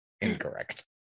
Incorrect